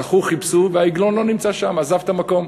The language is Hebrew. הלכו, חיפשו, והעגלון לא נמצא שם, עזב את המקום.